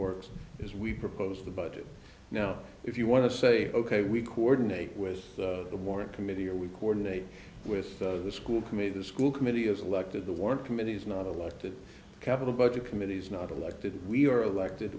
works is we propose the budget now if you want to say ok we coordinate with the warrant committee or we coordinate with the school committee the school committee is elected the work committees not elected capital budget committees not elected we are elected